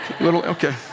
Okay